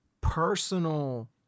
personal